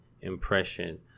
impression